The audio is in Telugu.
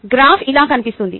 గ్రాఫ్ ఇలా కనిపిస్తుంది